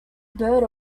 bird